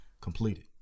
completed